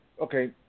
Okay